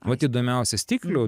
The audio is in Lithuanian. vat įdomiausia stiklių